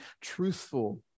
truthful